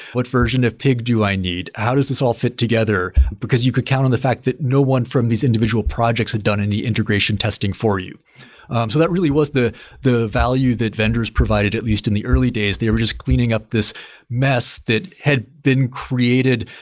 what version of pig do i need? how does this all fit together? because you could count on the fact that no one from these individual projects had done any integration testing for you um so that really was the the value that vendors provided at least in the early days. they were just cleaning up this mess that had been created.